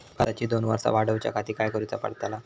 कर्जाची दोन वर्सा वाढवच्याखाती काय करुचा पडताला?